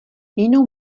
jinou